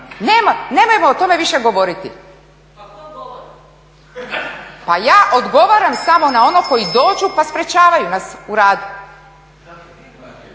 Nemojmo o tome više govoriti. …/Upadica: Tko govori?/… Pa ja odgovaram samo na ono koji dođu pa sprječavaju nas u radu.